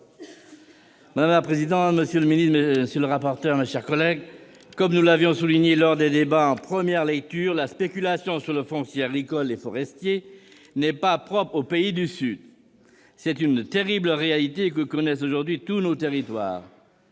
Madame la présidente, monsieur le ministre, mes chers collègues, comme nous l'avions souligné lors des débats en première lecture, la spéculation sur le foncier agricole et forestier n'est pas propre aux pays du sud. C'est une terrible réalité que connaissent aujourd'hui tous nos territoires.